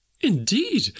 Indeed